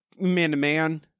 man-to-man